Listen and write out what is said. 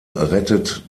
rettet